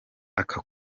aka